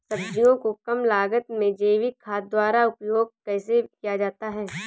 सब्जियों को कम लागत में जैविक खाद द्वारा उपयोग कैसे किया जाता है?